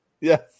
Yes